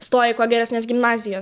stoja į kuo geresnes gimnazijas